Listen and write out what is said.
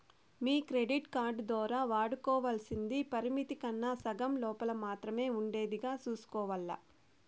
మీ credit card దోరా వాడుకోవల్సింది పరిమితి కన్నా సగం లోపల మాత్రమే ఉండేదిగా సూసుకోవాల్ల